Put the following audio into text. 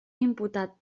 imputat